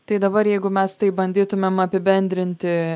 tai dabar jeigu mes taip bandytumėm apibendrinti